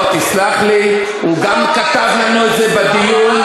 הוא אמר את זה.